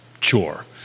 chore